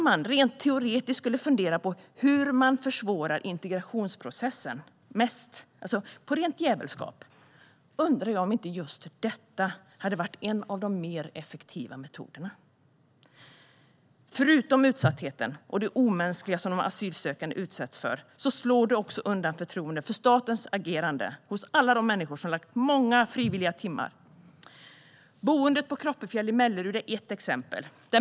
Man skulle teoretiskt kunna fundera på hur man försvårar integrationsprocessen mest - på rent jävelskap. Då undrar jag om inte just detta är en av de mer effektiva metoderna. Förutom utsattheten och det omänskliga som de asylsökande utsätts för slår detta också undan förtroendet för statens agerande hos alla de människor som lagt ned många frivilliga timmar. Boendet på Kroppefjäll i Mellerud är ett exempel.